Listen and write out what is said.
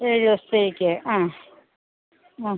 ഏഴ് ദിവസത്തേക്ക് ആ ആ